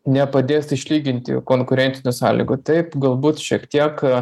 nepadės išlyginti konkurencinių sąlygų taip galbūt šiek tiek